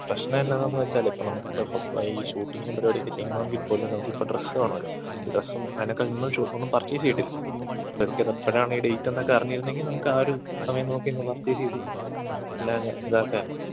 പ്രശ്നം എന്നതാന്ന് വെച്ചാല്ലേ ഇപ്പം നമുക്കിപ്പോൾ ഈ ഷൂട്ടിങ്ങിനും പരിപാടിയൊക്കെ ചെയ്യണമെങ്കിൽപ്പോലും നമുക്കിപ്പം ഡ്രസ്സ് വേണമല്ലോ ഈ ഡ്രസ്സും അതിനേക്കായൊന്നും ഷൂ ഒന്നും പർച്ചേസ് ചെയ്തിട്ടില്ല വർക്ക് ഇത് എപ്പോഴാണ് ഈ ഡേയ്റ്റ് എന്നൊക്കെ അറിഞ്ഞിരുന്നെങ്കിൽ നമുക്കാ ഒരു സമയം നോക്കിയങ്ങ് പർച്ചേസ് ചെയ്ത് എല്ലാം അങ്ങ് ഇതാക്കാമായിരുന്നു